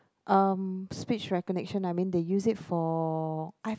mm speech recognition I mean they use it for I